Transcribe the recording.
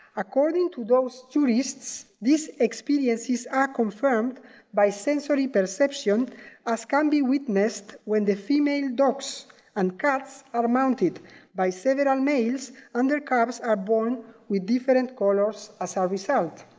according to those jurists, these experiences are confirmed by sensory perception as can be witnessed when the female dogs and cats are mounted by several males and their cubs are born with different colors as ah a result.